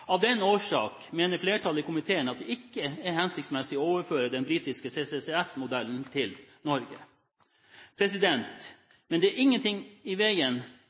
Av den årsak mener flertallet i komiteen at det ikke er hensiktsmessig å overføre den britiske CCCS-modellen til Norge. Men det er ingenting i